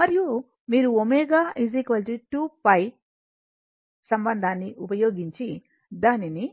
మరియు మీరు ω 2 pi T సంబంధాన్ని ఉపయోగించి దానిని